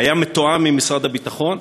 היה מתואם עם משרד הביטחון,